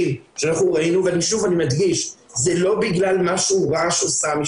אנחנו נמצאים לפעמים מול שוקת שבורה ואנחנו